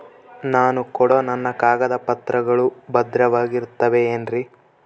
ನಾನು ಕೊಡೋ ನನ್ನ ಕಾಗದ ಪತ್ರಗಳು ಭದ್ರವಾಗಿರುತ್ತವೆ ಏನ್ರಿ?